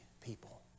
people